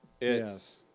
Yes